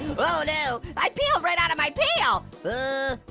oh no, i peeled right out of my peel.